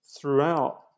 throughout